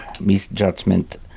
misjudgment